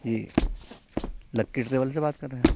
جی Lucky Travel سے بات کر رہے ہیں آپ